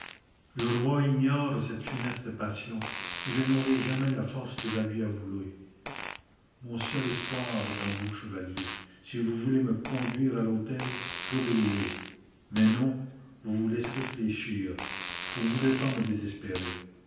le roi ignore cette funeste passion et je n'aurai jamais la force de la lui avouer mon seul espoir est en vous chevalier si vous voulez me conduite à l'autel j'obéirai mais non vous vous laisserez fléchir vous ne voudrez pas me désespérer